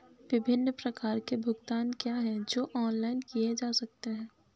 विभिन्न प्रकार के भुगतान क्या हैं जो ऑनलाइन किए जा सकते हैं?